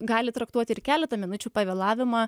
gali traktuoti ir keletą minučių pavėlavimą